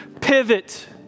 pivot